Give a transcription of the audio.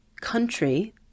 country